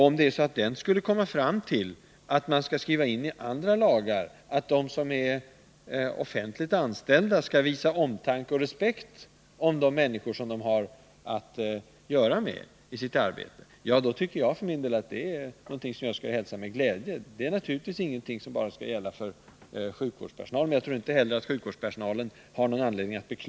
Om den utredningen skulle komma fram till att det skall skrivas in i andra lagar, att de som är offentligt anställda skall visa omtanke om och respekt för de människor som de har att göra med i sitt arbete, skulle jag för min del hälsa det med glädje. Det är ingenting som bara skall gälla för sjukvårdspersonal.